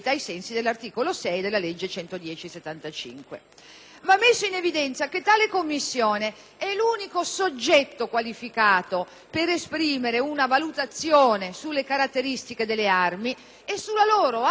Va messo in evidenza che tale commissione è l'unico soggetto qualificato per esprimere una valutazione sulle caratteristiche delle armi e sulla loro attitudine a recare offesa alla persona.